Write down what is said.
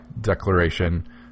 Declaration